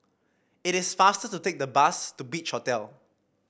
it is faster to take the bus to Beach Hotel